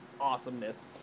awesomeness